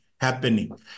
happening